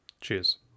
Cheers